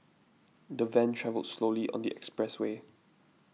the van travelled slowly on the expressway